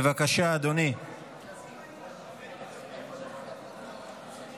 בבקשה, אדוני